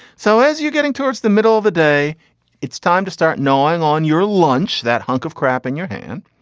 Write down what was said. so as you're getting towards the middle of the day it's time to start gnawing on your lunch. that hunk of crap in your hand.